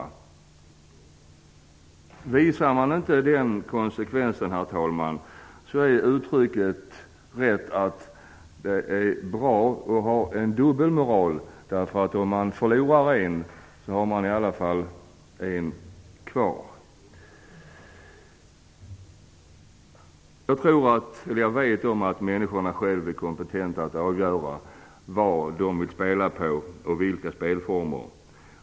Visar man inte den konsekvensen herr talman, är uttrycket rätt det är bra att ha en dubbel moral, för om man förlorar en har man i alla fall en kvar. Jag vet att människor själva är kompetenta att avgöra vad de vill spela på och i vilka spelformer.